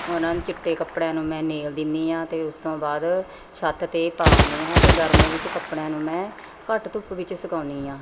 ਉਨ੍ਹਾਂ ਨੂੰ ਚਿੱਟੇ ਕੱਪੜਿਆਂ ਨੂੰ ਮੈਂ ਨੀਲ ਦਿੰਨੀ ਹਾਂ ਅਤੇ ਉਸ ਤੋਂ ਬਾਅਦ ਛੱਤ 'ਤੇ ਪਾ ਆਉਨੀ ਹਾਂ ਅਤੇ ਗਰਮੀਆਂ ਵਿੱਚ ਕੱਪੜਿਆਂ ਨੂੰ ਮੈਂ ਘੱਟ ਧੁੱਪ ਵਿੱਚ ਸੁਕਾਉਂਨੀ ਹਾਂ